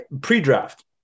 Pre-draft